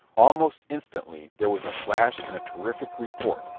almost instantly there was a flash and a terrific report,